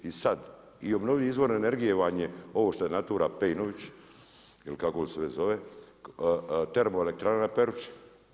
I sad, i obnovljivi izvori energije vam je ovo što je natura Pejnović ili kako se već zove, termoelektrana na Perući.